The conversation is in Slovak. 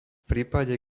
prípade